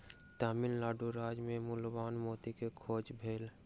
तमिल नाडु राज्य मे मूल्यवान मोती के खोज भेल